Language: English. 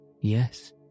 Yes